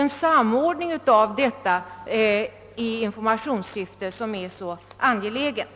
En samordning av denna verksamhét i informationssyfte är mycket angelägen.